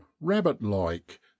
rabbit-like